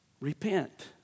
Repent